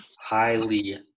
Highly